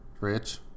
Rich